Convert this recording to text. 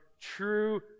True